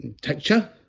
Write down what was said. texture